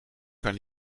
kan